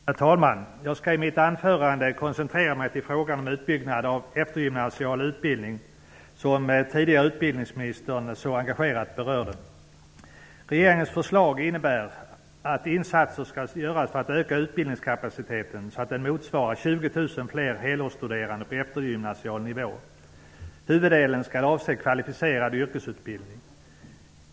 Herr talman! Jag skall i mitt anförande koncentrera mig till frågan om utbyggnad av eftergymnasial utbildning som utbildningsministern så engagerat tidigare berörde. Regeringens förslag innebär att ''Insatser skall göras för att öka utbildningskapaciteten så att den motsvarar 20 000 fler helårsstuderande på eftergymnasial nivå. Huvuddelen skall avse kvalificerad yrkesutbildning.''